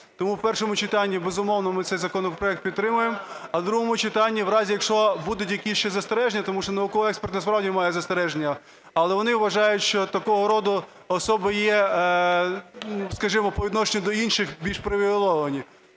Тому в першому читанні, безумовно, ми цей законопроект підтримаємо. А в другому читанні в разі, якщо будуть якісь ще застереження, тому що науково-експертне справді має застереження, але вони вважають, що такого роду особи є, скажімо, по відношенню до інших більш привілейовані,